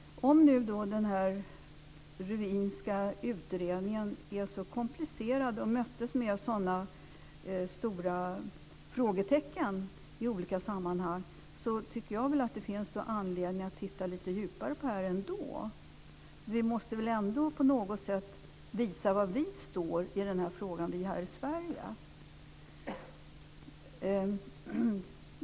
Om nu den här Ruinska utredningen är så komplicerad, och möttes med sådana stora frågetecken i olika sammanhang så tycker jag att det finns anledning att titta lite djupare på detta. Vi måste väl ändå på något sätt visa var vi står i den här frågan - vi här i Sverige?